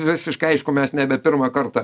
visiškai aišku mes nebe pirmą kartą